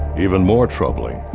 even more troubling,